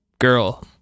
girl